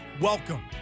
Welcome